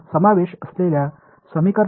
M மற்றும் J வெளியே செல்கின்றன